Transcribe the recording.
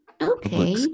Okay